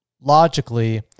logically